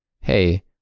Hey